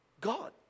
God